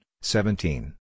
seventeen